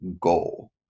goal